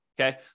Okay